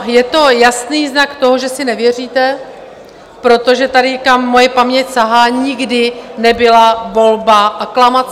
Je to jasný znak toho, že si nevěříte, protože kam moje paměť sahá, nikdy nebyla volba aklamací.